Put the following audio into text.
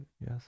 yes